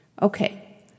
Okay